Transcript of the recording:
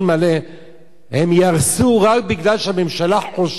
ייהרסו רק מפני שהממשלה חוששת לאשר.